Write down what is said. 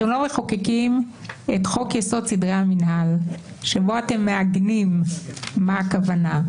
אתם לא מחוקקים את חוק יסוד סדרי המינהל בו אתם מעגנים מה הכוונה.